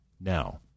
Now